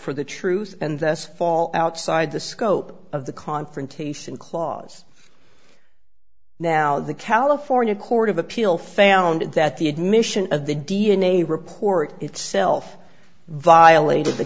for the truth and thus fall outside the scope of the confrontation clause now the california court of appeal found that the admission of the d n a report itself violated the